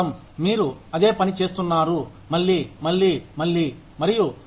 మీరు అదే పని చేస్తున్నారు మళ్ళీ మళ్ళీ మళ్ళీ మరియు మళ్ళీ